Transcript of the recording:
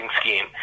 scheme